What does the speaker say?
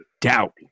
doubt